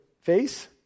face